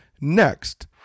Next